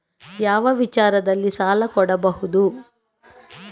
ಯಾವ ವಿಚಾರದಲ್ಲಿ ಸಾಲ ಕೊಡಬಹುದು?